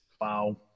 Wow